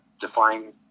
define